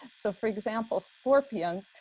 so for example, scorpions.